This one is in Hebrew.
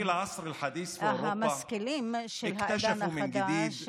המשכילים של העידן החדש,